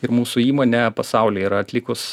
ir mūsų įmonė pasauly yra atlikus